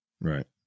Right